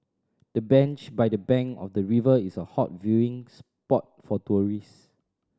the bench by the bank of the river is a hot viewing spot for tourist